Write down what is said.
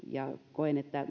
koen että